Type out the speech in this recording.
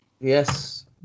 yes